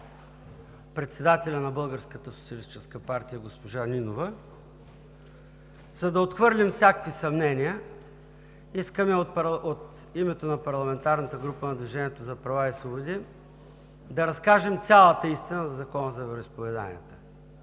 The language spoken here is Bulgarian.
председателя на Българската социалистическа партия – госпожа Нинова, за да отхвърлим всякакви съмнения, искаме от името на парламентарната група на „Движението за права и свободи“ да разкажем цялата истина за Закона за вероизповеданията,